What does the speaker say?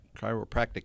chiropractic